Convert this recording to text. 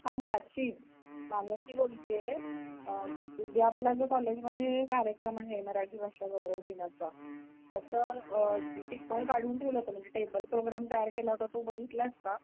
हां प्राची मानसी बोलते आहे उद्या आपला जो कॉलेजमध्ये कार्यक्रम आहे मराठी भाषा गौरव दिनाचा त्याचं टिपण काढून ठेवलं होतं म्हणजे टेबल प्रोग्रॅम तयार केला होता तो बघितला आहेस का